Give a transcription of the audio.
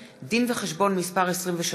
דין-וחשבון מס' 23,